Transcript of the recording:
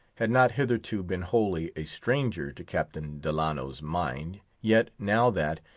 had not hitherto been wholly a stranger to captain delano's mind, yet, now that,